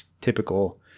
typical